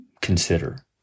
consider